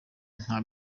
nta